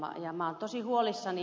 minä olen tosi huolissani